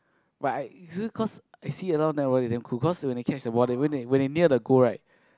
but I is it cause I see a lot of net baller they damn cool cause when they catch the ball they when they when they near the goal right